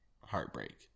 heartbreak